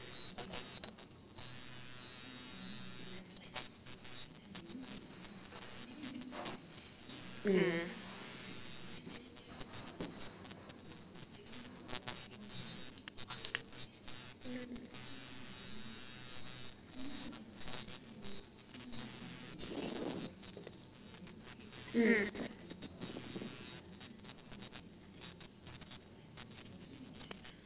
mm mm